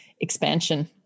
expansion